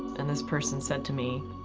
and this person said to me,